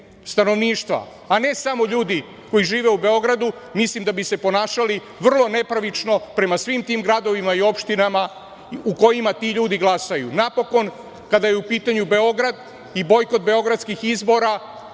stanovništva, a ne samo ljudi koji žive u Beogradu, mislim da bi se ponašali vrlo nepravično prema svim tim gradovima i opštinama u kojima ti ljudi glasaju. Napokon, kada je u pitanju Beograd i bojkot beogradskih izbora